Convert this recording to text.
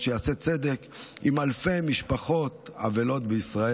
שתעשה צדק עם אלפי משפחות אבלות בישראל,